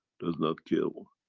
does not kill.